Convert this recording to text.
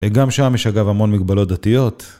גם שם יש אגב המון מגבלות דתיות